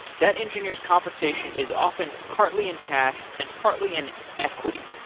that engineer s compensation is often partly in cash and partly in equity,